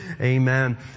Amen